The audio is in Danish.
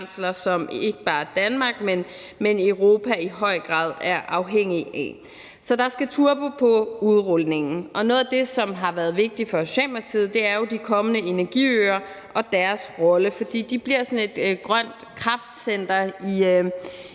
som ikke bare Danmark, men Europa i høj grad er afhængige af. Så der skal turbo på udrulningen. Noget af det, som har været vigtigt for Socialdemokratiet, er jo de kommende energiøer og deres rolle, for de bliver sådan et grønt kraftcenter i